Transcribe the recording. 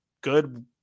good